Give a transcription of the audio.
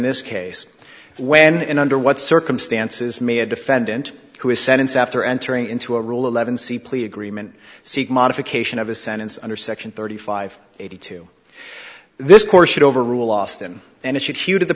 this case when and under what circumstances may a defendant who is sentenced after entering into a rule eleven see plea agreement seek modification of a sentence under section thirty five eighty two this course should overrule austin and it should hew to the